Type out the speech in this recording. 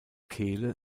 kehle